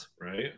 right